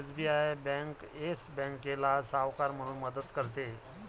SBI bank Yes बँकेला सावकार म्हणून मदत करते